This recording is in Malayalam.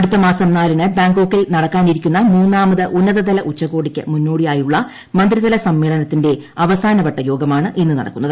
അടുത്ത മാസം നാലിന് ബാങ്കോക്കിൽ നടക്കാനിരിക്കുന്ന മൂന്നാമത് ഉന്നതതല ഉച്ചകോടിക്ക് മുന്നോടിയായുള്ള മന്ത്രിതല സമ്മേളനത്തിന്റെ അവസാനവട്ട യോഗമാണ് ഇന്ന് നടക്കുന്നത്